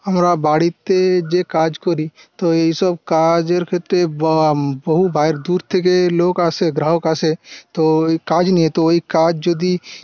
আমরা বাড়িতে যে কাজ করি তো এইসব কাজের ক্ষেত্রে বহু দূর থেকে লোক আসে গ্রাহক আসে তো এই কাজ নিয়ে তো ওই কাজ যদি